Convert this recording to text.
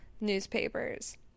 newspapers